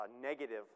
negative